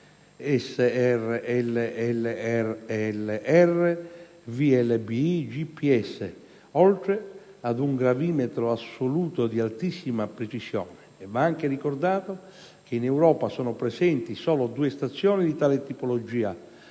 (SRL/LLR, VLBI, GPS) oltre ad un gravimetro assoluto di altissima precisione; va anche ricordato che in Europa sono presenti solo due stazioni di tale tipologia: